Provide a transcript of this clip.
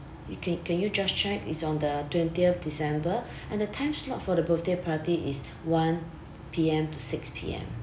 you can can you just check is on the twentieth december and the time slot for the birthday party is one P_M to six P_M